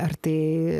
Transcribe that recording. ar tai